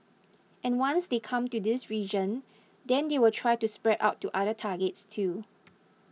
and once they come to this region then they will try to spread out to other targets too